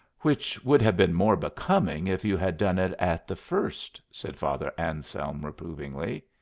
which would have been more becoming if you had done it at the first, said father anselm, reprovingly.